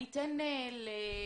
אני אתן ליהודה